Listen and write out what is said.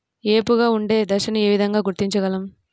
ఏపుగా ఉండే దశను ఏ విధంగా గుర్తించగలం?